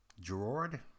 Gerard